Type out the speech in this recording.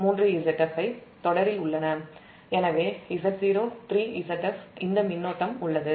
எனவே Z0 3 Zf இந்த மின்னோட்டம் உள்ளது